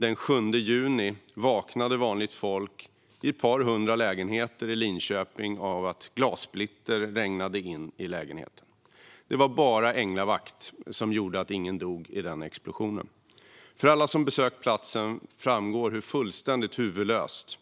Den 7 juni vaknade vanligt folk i ett par hundra lägenheter i Linköping av att glassplitter regnade in i lägenheterna. Det var bara änglavakt som gjorde att ingen dog i den explosionen; för alla som besökt platsen framgår det hur huvudlöst